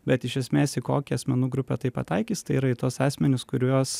bet iš esmės į kokią asmenų grupę tai pataikys tai yra tuos asmenis kuriuos